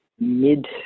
mid